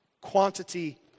quantity